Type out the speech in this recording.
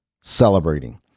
celebrating